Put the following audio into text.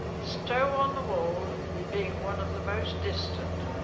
stow-on-the-wold being one of the most distant